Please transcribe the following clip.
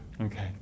Okay